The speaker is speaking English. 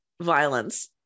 violence